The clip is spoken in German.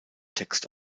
text